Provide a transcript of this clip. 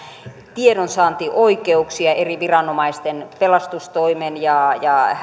tiedonsaantioikeuksia eri viranomaisten pelastustoimen ja ja